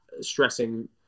stressing